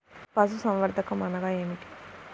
పశుసంవర్ధకం అనగా ఏమి?